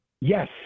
Yes